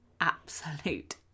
absolute